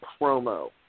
promo